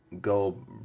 go